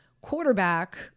quarterback